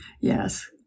Yes